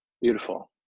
Beautiful